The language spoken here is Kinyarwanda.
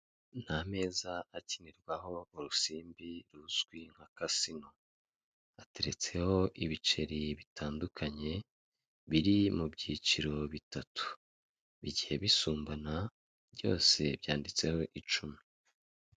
Ni ameza akinirwaho urusimbi ruzwi nka kasino ateretseho ibiceri bitandukanye biri mu byiciro bitatu, bigiye bisumbana byose byanditseho icumi.